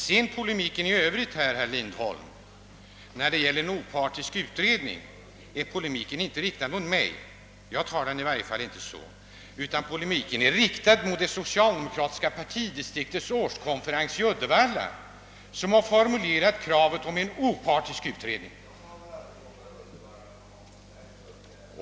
När det gäller talet om en opartisk utredning är polemiken inte riktad mot mig — jag tar den i varje fall inte så — utan mot det socialdemokratiska partidistriktets årskonferens i Uddevalla, som har formulerat kravet på en opartisk utredning.